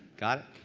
got